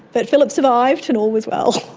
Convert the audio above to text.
but phillip survived and all was well.